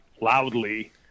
loudly